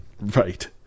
Right